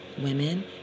women